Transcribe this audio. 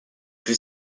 plus